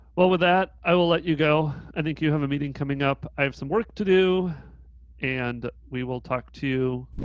well with that, i will let you go. i think you have a meeting coming up. i have some work to do and we will talk to,